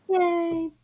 Yay